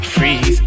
Freeze